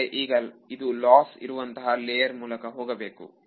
ಆದರೆ ಈಗ ಇದು ಲಾಸ್ ಇರುವಂತಹ ಲೇಯರ್ ಮೂಲಕ ಹೋಗಬೇಕು